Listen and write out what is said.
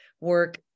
work